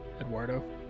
Eduardo